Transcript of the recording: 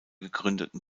gegründeten